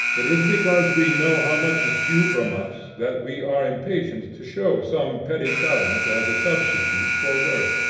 it is because we know how much is due from us that we are impatient to show some petty talent as a substitute for worth.